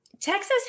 Texas